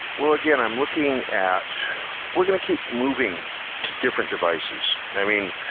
well, again, i'm looking at we're going to keep moving to different devices. i mean,